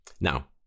Now